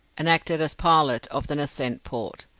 and acted as pilot of the nascent port.